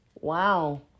wow